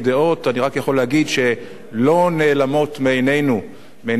אני רק יכול להגיד שלא נעלמות מעינינו מעיני הגורמים,